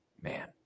man